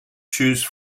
choose